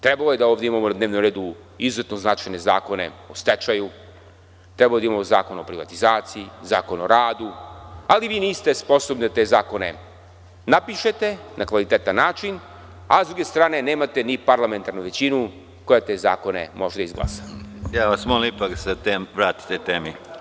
Trebalo je da ovde imamo na dnevnom redu izuzetno značajne zakone o stečaju, trebalo je da imamo zakone o privatizaciji, zakon o radu, ali vi niste sposobni da te zakone napišete na kvalitetan način, a sa druge strane, nemate ni parlamentarnu većinu koja te zakone može da izglasa. (Predsedavajući: Molim vas da se ipak vratite temi.